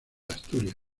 asturias